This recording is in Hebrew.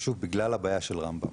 פשוט בגלל הבעיה של רמב"ם.